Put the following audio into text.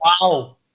wow